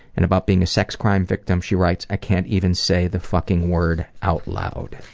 and about being a sex crime victim, she writes i can't even say the fucking word out loud.